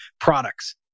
products